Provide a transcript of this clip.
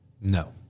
No